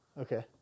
Okay